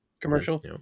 commercial